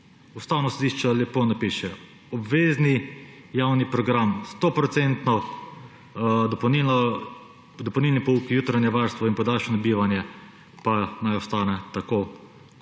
Ustavno sodišče lepo napišejo, obvezni javni program 100-odstotno, dopolnilni pouk, jutranje varstvo in podaljšano bivanje pa naj ostane tako,